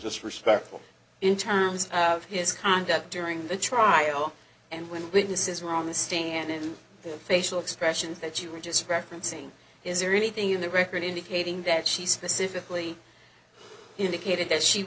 disrespectful in times out of his conduct during the trial and when witnesses were on the stand in their facial expressions that you were just referencing is there anything in the record indicating that she specifically indicated that she